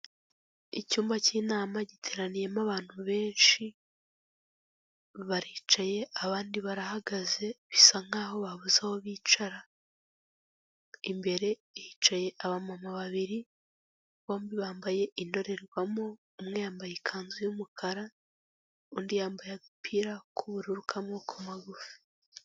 Icyumba k'inama giteraniyemo abantu benshi, baricaye abandi barahagaze, bisa nkaho babuze aho bicara, imbere hicaye abamama babiri, bombi bambaye indorerwamo, umwe yambaye ikanzu y'umukara, undi yambaye agapira k'ubururu k'amaboko magufi.